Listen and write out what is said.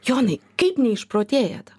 jonai kaip neišprotėjat